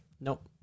Nope